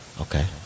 Okay